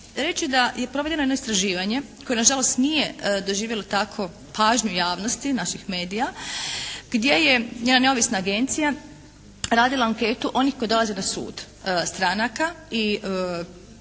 reći da je provedeno jedno istraživanje koje nažalost nije doživjelo takvu pažnju javnosti naših medija gdje je jedna neovisna agencija radila anketu onih koji dolaze na sud, stranaka i